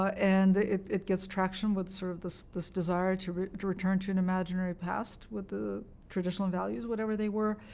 and it gets traction with sort of this this desire to to return to an imaginary past with the traditional values, whatever they were.